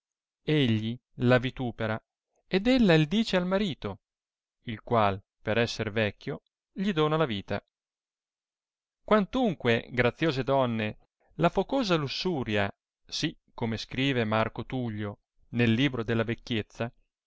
egli la vitupera ed ella il dice al marito il qual per esser vecchio gli dona la vita quantunque graziose donne la focosa lussuria sì come scrive marco tullio nel libro delia vecchiezza